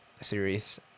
series